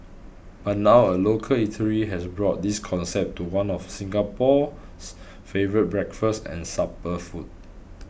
but now a local eatery has brought this concept to one of Singapore's favourite breakfast and supper food